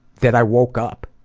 that i woke up.